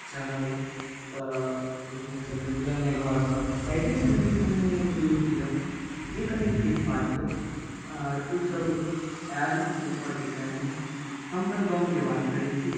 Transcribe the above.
रहल तऽ ओहो सब निकलल नहि घरसँ शायदे संजोगमे एहन एहन बुजुर्ग यऽ जे कनी फिटफाट यऽ आर ओ सब आयल दुपहरकेँ टाइम मे हम अपन गामकेँ बात करै छी